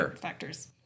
factors